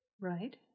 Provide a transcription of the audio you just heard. Right